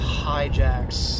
hijacks